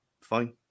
Fine